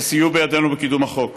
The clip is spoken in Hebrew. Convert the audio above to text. שסייעו בידינו בקידום החוק,